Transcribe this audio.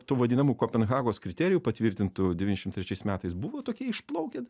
tų vadinamų kopenhagos kriterijų patvirtintų devynšim trečiais metais buvo tokie išplaukę